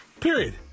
period